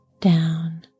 down